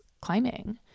climbing